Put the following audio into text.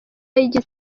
y’igitsina